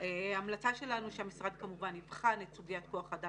ההמלצה שלנו שהמשרד כמובן יבחן את סוגיית כוח-האדם